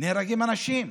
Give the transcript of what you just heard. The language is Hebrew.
נהרגים אנשים.